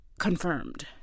confirmed